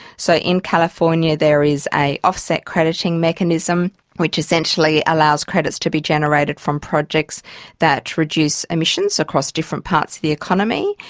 so in california there is an offset crediting mechanism which essentially allows credits to be generated from projects that reduce emissions across different parts of the economy.